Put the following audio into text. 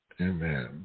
Amen